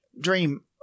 dream